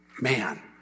Man